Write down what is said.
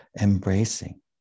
Embracing